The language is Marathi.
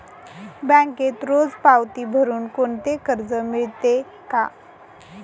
बँकेत रोज पावती भरुन कोणते कर्ज मिळते का?